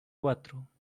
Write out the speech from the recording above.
cuatro